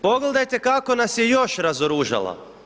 Pogledajte kako nas je još razoružala.